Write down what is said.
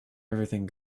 everything